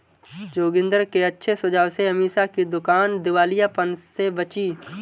जोगिंदर के अच्छे सुझाव से अमीषा की दुकान दिवालियापन से बची